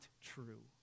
true